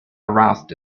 aroused